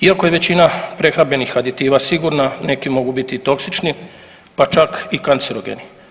Iako je većina prehrambenih aditiva sigurna neki mogu biti i toksični pa čak i kancerogeni.